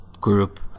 group